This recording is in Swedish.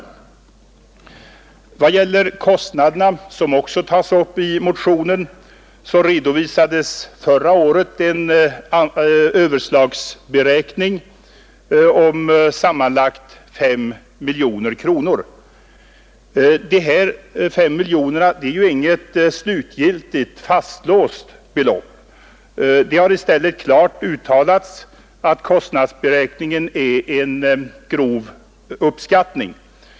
I vad gäller kostnaderna, som också tas upp i motionen, redovisades förra året en överslagberäkning om sammanlagt 5 miljoner kronor. Dessa 5 miljoner är inget slutgiltigt fastlåst belopp; det har i stället klart uttalats att kostnadsberäkningen är en grov uppskattning.